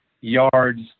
yards